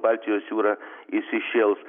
baltijos jūra įsišėls